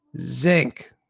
Zinc